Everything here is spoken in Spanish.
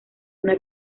una